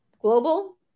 global